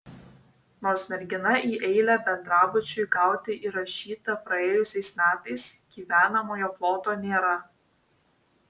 nors mergina į eilę bendrabučiui gauti įrašyta praėjusiais metais gyvenamojo ploto nėra